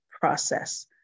process